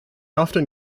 often